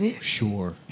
Sure